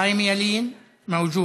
חיים ילין, מווג'וד.